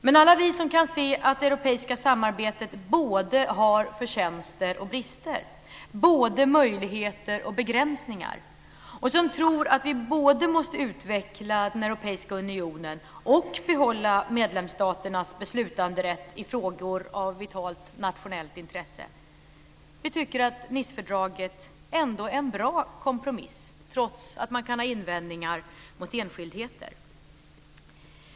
Men alla vi som kan se att det europeiska samarbetet både har förtjänster och brister, både möjligheter och begränsningar, och som tror att vi både måste utveckla den europeiska unionen och behålla medlemsstaternas beslutanderätt i frågor av vitalt nationellt intresse, vi tycker att Nicefördraget ändå är en bra kompromiss, trots att man kan ha invändningar mot enskildheter.